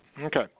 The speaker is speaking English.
Okay